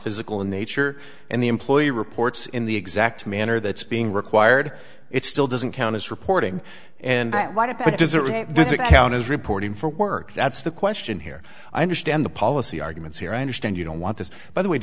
physical in nature and the employee reports in the exact manner that's being required it still doesn't count as reporting and what it is that this account is reporting for work that's the question here i understand the policy arguments here i understand you don't want this by the way